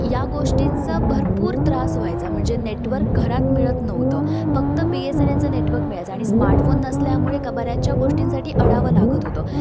या गोष्टींचा भरपूर त्रास व्हायचा म्हणजे नेटवर्क घरात मिळत नव्हतं फक्त बी एस एन एचं नेटवर्क मिळायचं आणि स्मार्टफोन नसल्यामुळे क बऱ्याचशा गोष्टींसाठी अडावं लागत होतं